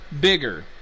bigger